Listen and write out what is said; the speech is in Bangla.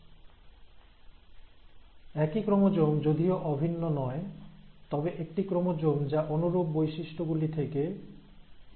একই ক্রোমোজোম যদিও অভিন্ন নয় তবে একটি ক্রোমোজোম যা অনুরূপ বৈশিষ্ট্যগুলি থেকে কোডিং করা হয়েছে আমরা এটি আমাদের মায়ের কাছ থেকেও পাই